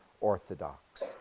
Orthodox